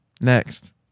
Next